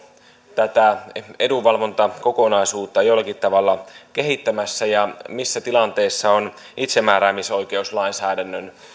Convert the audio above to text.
tätä edunvalvontakokonaisuutta jollakin tavalla kehittämässä ja missä tilanteessa on itsemääräämisoikeuslainsäädännön